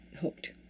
hooked